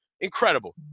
incredible